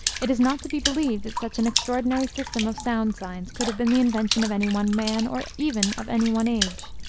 it is not to be believed that such an extraordinary system of sound-signs could have been the invention of any one man or even of any one age.